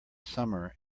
summer